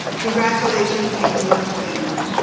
congratulations, angela and family.